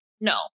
No